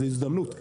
זאת הזדמנות.